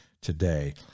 today